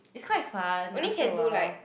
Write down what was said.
it's quite fun after awhile